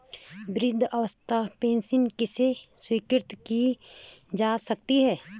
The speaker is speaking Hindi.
वृद्धावस्था पेंशन किसे स्वीकृत की जा सकती है?